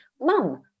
Mom